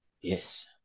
Yes